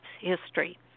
history